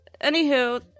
anywho